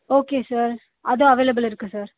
okay sir அது available இருக்குது sir